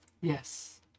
Yes